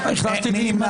הצבעה לא אושרו.